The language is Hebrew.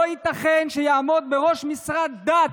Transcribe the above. לא ייתכן שתעמוד בראש משרד דת.